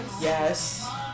Yes